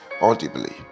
audibly